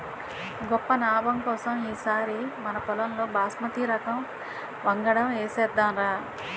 గొప్ప నాబం కోసం ఈ సారి మనపొలంలో బాస్మతి రకం వంగడం ఏసేద్దాంరా